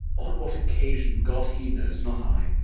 on what occasion, god he knows, not i,